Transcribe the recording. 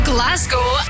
Glasgow